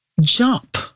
jump